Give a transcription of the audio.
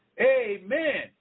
Amen